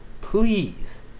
Please